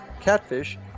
catfish